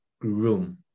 room